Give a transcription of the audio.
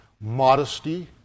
modesty